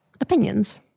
opinions